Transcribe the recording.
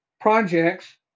projects